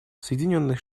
соединенные